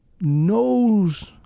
knows